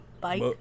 Bike